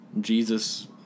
Jesus